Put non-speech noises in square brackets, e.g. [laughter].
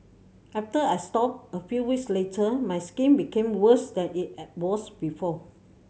after I stopped a few weeks later my skin became worse than it [hesitation] was before